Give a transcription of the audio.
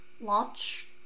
Launch